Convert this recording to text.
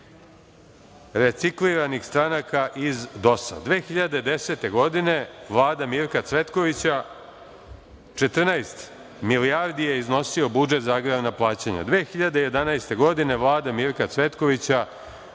recikliranih stranaka iz DOS-a. Godine 2010. Vlada Mirka Cvetkovića, 14 milijardi je iznosio budžet za agrarna plaćanja, 2011. godine Vlada Mirka Cvetkovića,